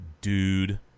dude